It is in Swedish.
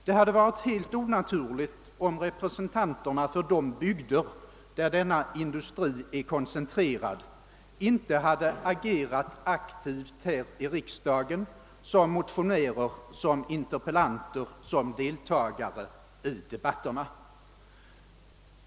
Det hade varit helt onaturligt, om representanterna för de bygder, där denna industri är koncentrerad, inte hade agerat aktivt här i riksdagen — som motionärer, som interpellanter, som deltagare i debatterna.